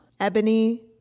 Ebony